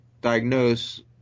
diagnose